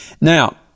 Now